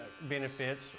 benefits